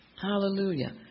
hallelujah